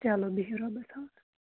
چلو بِہِو رۄبَس حَولہٕ